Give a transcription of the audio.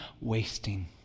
wasting